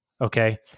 Okay